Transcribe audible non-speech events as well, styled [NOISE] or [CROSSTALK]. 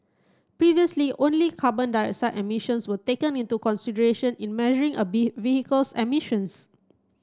previously only carbon dioxide emissions were taken into consideration in measuring a [UNINTELLIGIBLE] vehicle's emissions